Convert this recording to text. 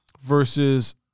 versus